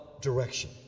direction